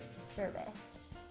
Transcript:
service